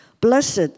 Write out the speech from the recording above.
blessed